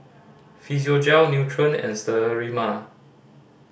Physiogel Nutren and Sterimar